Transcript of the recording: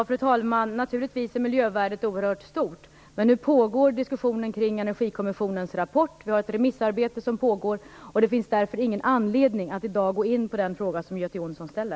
Fru talman! Naturligtvis är miljövärdet oerhört stort. Diskussionen kring Energikommissionens rapport och ett remissarbete pågår just nu, och det finns därför ingen anledning att i dag gå in på den fråga som Göte